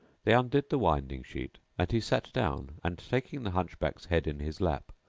they undid the winding sheet and he sat down and, taking the hunchback's head in his lap,